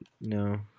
no